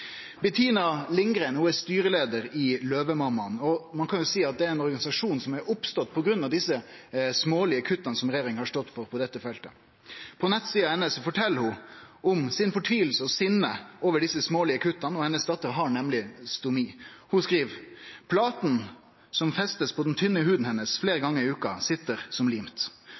Lindgren er styreleiar i Løvemammaene, og ein kan seie at det er ein organisasjon som har oppstått på grunn av dei smålege kutta som regjeringa har stått for på dette feltet. På nettsida si fortel ho om si fortviling og sitt sinne over desse smålege kutta. Dottera hennar har nemleg stomi. Bettina skriv: «Platen som festes på den tynne huden hennes flere ganger i uka sitter som limt.